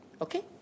Okay